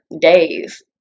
days